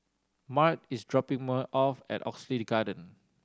Mart is dropping off at Oxley Garden